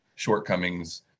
shortcomings